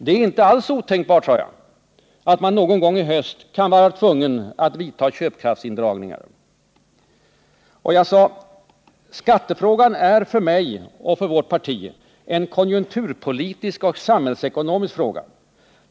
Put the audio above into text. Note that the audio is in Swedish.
Det är inte alls otänkbart att man någon gång i höst kan vara tvungen att vidta köpkraftsindragningar.” Jag sade också: ”Skattefrågan är för mig och för vårt parti en konjunkturpolitisk och samhällsekonomisk fråga.